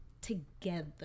together